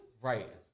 Right